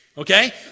Okay